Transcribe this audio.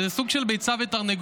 וזה סוג של ביצה ותרנגולת.